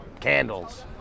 candles